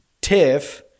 TIFF